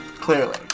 clearly